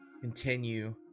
continue